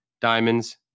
diamonds